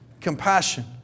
Compassion